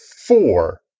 four